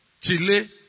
Chile